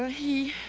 he.